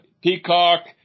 Peacock